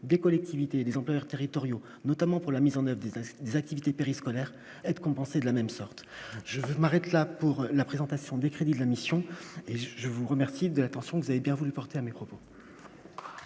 des collectivités et des employeurs territoriaux, notamment pour la mise en des activités périscolaires être compensée de la même sorte je m'arrête là pour la présentation des crédits de la mission et je vous remercie de l'attention, vous avez bien voulu porter à mes propos.